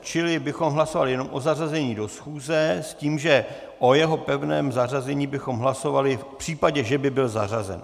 Dobře, čili bychom hlasovali jenom o zařazení do schůze s tím, že o jeho pevném zařazení bychom hlasovali v případě, že by byl zařazen.